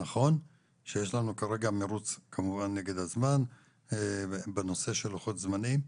נכון שיש לנו מרוץ כנגד הזמן בנושא של לוחות זמנים,